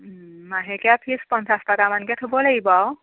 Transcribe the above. মাহেকীয়া ফিজ পঞ্চাছ টকামানকৈ থ'ব লাগিব আৰু